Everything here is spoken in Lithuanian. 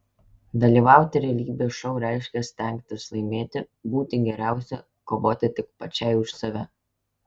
dalyvauti realybės šou reiškia stengtis laimėti būti geriausia kovoti tik pačiai už save